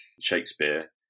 Shakespeare